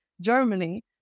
Germany